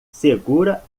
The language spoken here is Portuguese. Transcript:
segura